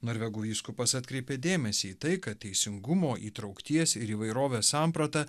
norvegų vyskupas atkreipė dėmesį į tai kad teisingumo įtraukties ir įvairovės samprata